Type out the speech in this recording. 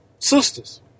Sisters